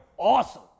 Awesome